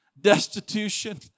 destitution